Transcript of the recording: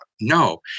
no